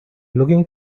looking